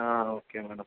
ആ okay madam